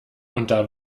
unter